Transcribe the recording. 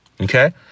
Okay